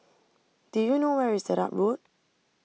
do you know where is Dedap Road